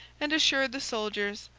and assured the soldiers,